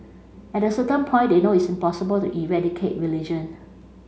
at a certain point they know it's impossible to eradicate religion